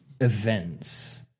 events